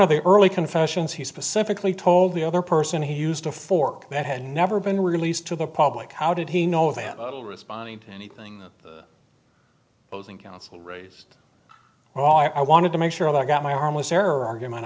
of the early confessions he specifically told the other person he used a fork that had never been released to the public how did he know that responding to anything posing counsel raised well i wanted to make sure that i got my harmless error argument